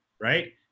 right